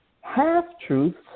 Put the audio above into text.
half-truths